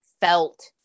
felt